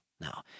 Now